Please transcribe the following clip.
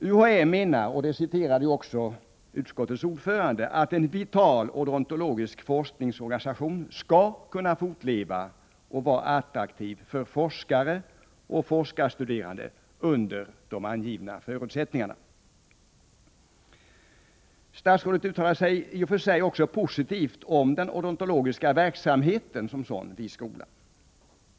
UHÄ menar -— och det citerade även utskottets ordförande — att en vital odontologisk forskningsorganisation skall kunna fortleva och vara attraktiv för forskare och forskarstuderande under de angivna förutsättningarna. Statsrådet uttalar sig i och för sig positivt om den odontologiska verksamheten vid skolan.